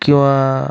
किंवा